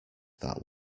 that